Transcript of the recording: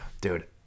Dude